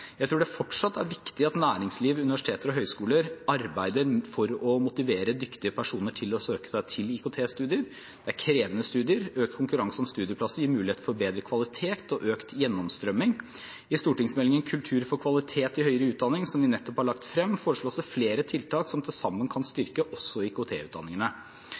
Jeg tror det fortsatt er viktig at næringsliv, universiteter og høyskoler arbeider for å motivere dyktige personer til å søke seg til IKT-studier. Det er krevende studier. Økt konkurranse om studieplasser gir mulighet for bedre kvalitet og økt gjennomstrømning. I stortingsmeldingen Kultur for kvalitet i høyere utdanning, som vi nettopp har lagt frem, foreslås det flere tiltak som til sammen kan styrke også